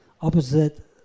opposite